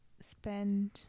spend